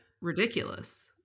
ridiculous